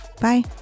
Bye